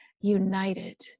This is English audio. united